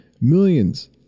Millions